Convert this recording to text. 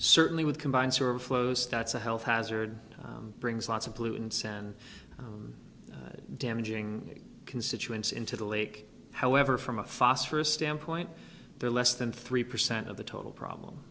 certainly with combined sort of flows that's a health hazard brings lots of pollutants and damaging constituents into the lake however from a phosphorus standpoint they're less than three percent of the total problem